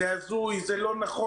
זה הזוי, זה לא נכון.